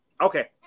okay